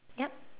yap